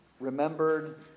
remembered